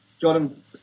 Jordan